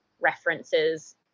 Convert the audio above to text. references